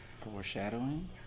Foreshadowing